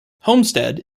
homestead